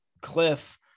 cliff